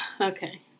okay